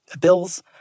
bills